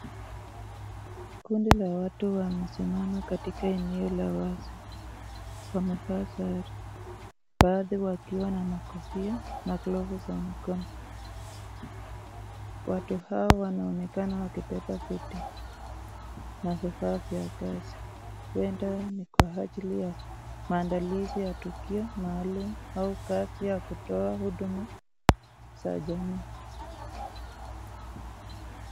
Kundi la watu wamesimama katika eneo la wazi, wamevaa sare, baadhi wakiwa na makofia na glovu za mikono. Watu hao wanaonekana wakibeba viti na vifaa vya kazi, huenda ni kwa ajili ya maandalizi ya tukio maalum au kazi ya kutoa huduma za jamii.